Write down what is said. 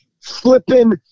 flipping